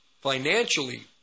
financially